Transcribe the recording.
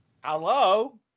Hello